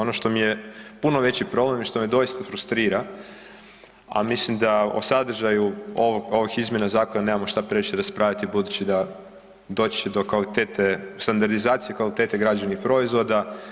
Ono što mi je puno veći problem i što me doista frustrira, a mislim da o sadržaju ovog, ovih izmjena zakona nemamo šta previše raspravljati budući da, doći će do kvalitete, standardizacije kvalitete građevnih proizvoda.